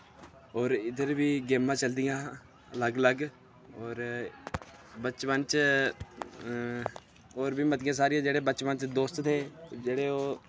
और इद्धर बी गेमां चलदियां हियां लग लग और बचपन च और बी मते सारे जेह्ड़े दोस्त हे जेह्ड़े ओह्